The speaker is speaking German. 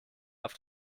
auf